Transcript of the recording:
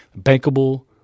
bankable